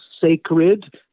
sacred